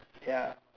ya